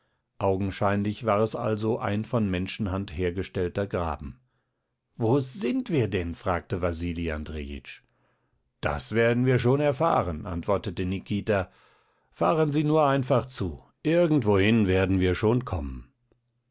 augenscheinlich war es also ein von menschenhand hergestellter graben wo sind wir denn fragte wasili andrejitsch das werden wir schon erfahren antwortete nikita fahren sie nur einfach zu irgendwohin werden wir schon kommen